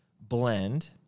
blend